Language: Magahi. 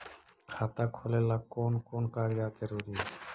खाता खोलें ला कोन कोन कागजात जरूरी है?